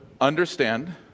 understand